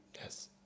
Yes